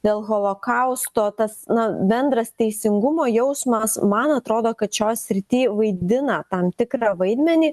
dėl holokausto tas na bendras teisingumo jausmas man atrodo kad šioj srity vaidina tam tikrą vaidmenį